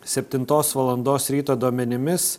septintos valandos ryto duomenimis